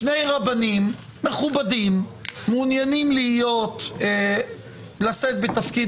שני רבנים מכובדים מעוניינים לכהן בתפקיד